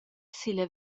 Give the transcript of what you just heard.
silla